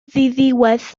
ddiddiwedd